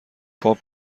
پاپ